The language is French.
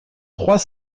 trois